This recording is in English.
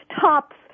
tops